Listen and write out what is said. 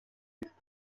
است